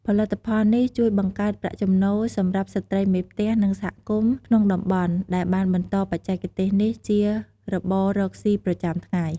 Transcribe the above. ផលិតផលនេះជួយបង្កើតប្រាក់ចំណូលសម្រាប់ស្រ្តីមេផ្ទះ និងសហគមន៍ក្នុងតំបន់ ដែលបានបន្តបច្ចេកទេសនេះជារបររកស៊ីប្រចាំថ្ងៃ។